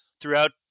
Throughout